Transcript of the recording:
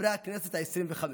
חברי הכנסת העשרים-וחמש.